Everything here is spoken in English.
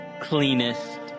cleanest